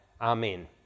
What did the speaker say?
Amen